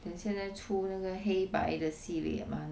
then 现在出那个黑白的系列 mah